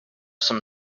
some